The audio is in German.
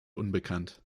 unbekannt